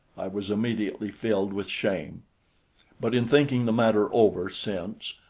i was immediately filled with shame but in thinking the matter over since,